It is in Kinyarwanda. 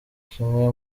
kimwe